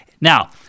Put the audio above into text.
Now